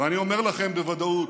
ואני אומר לכם בוודאות: